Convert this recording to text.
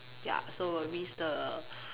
ya so I risk the